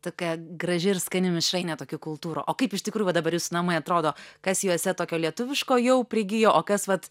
tokia graži ir skani mišrainė tokių kultūrų o kaip iš tikrų va dabar jūsų namai atrodo kas juose tokio lietuviško jau prigijo o kas vat